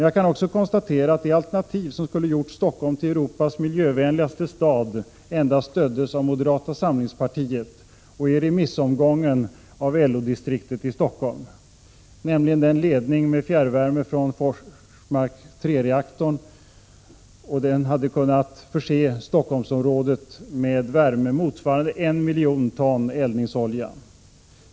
Jag kan också konstatera att det alternativ som skulle ha gjort Stockholm till Europas miljövänligaste stad endast stöddes av moderata samlingspartiet och i remissomgången av LO-distriktet i Stockholm. Det var förslaget om en ledning med fjärrvärme från reaktor 3 i Forsmark, som hade kunnat förse Stockholmsområdet med värme motsvarande en miljon ton eldningsolja.